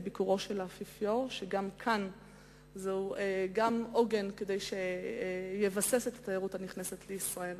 ביקורו של האפיפיור שגם הוא עוגן שיבסס את התיירות הנכנסת לישראל.